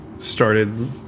started